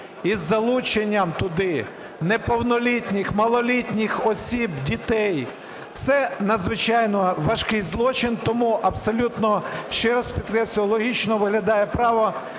із залученням туди неповнолітніх, малолітніх осіб, дітей, це надзвичайно важкий злочин. Тому абсолютно, ще раз підкреслюю, логічно виглядає право